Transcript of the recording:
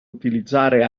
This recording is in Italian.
utilizzare